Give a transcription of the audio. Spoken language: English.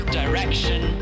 direction